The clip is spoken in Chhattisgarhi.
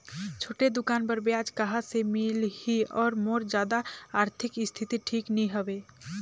छोटे दुकान बर ब्याज कहा से मिल ही और मोर जादा आरथिक स्थिति ठीक नी हवे?